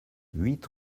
huit